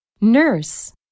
Nurse